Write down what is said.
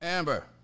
Amber